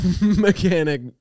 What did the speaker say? mechanic